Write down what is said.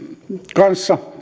kanssa